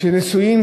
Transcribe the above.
סומך עלי.